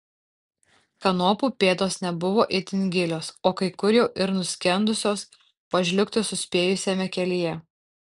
kanopų pėdos nebuvo itin gilios o kai kur jau ir nuskendusios pažliugti suspėjusiame kelyje